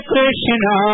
Krishna